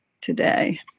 today